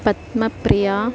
Padmapriya